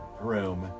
room